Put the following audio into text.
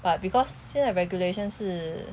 but because 现在 regulation 是